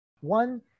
One